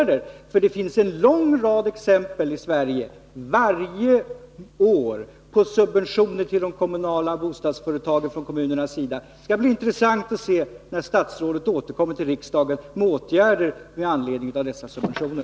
Det finns en lång rad exempel i Sverige varje år på subventioner till de kommunala bostadsföretagen från kommunernas sida. Det skall bli intressant att se när statsrådet återkommer till riksdagen med förslag till åtgärder med anledning av dessa subventioner.